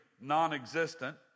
non-existent